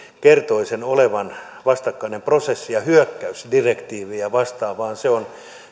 kertoi että se on vastakkainen prosessi ja hyökkäys direktiivejä vastaan vaan se on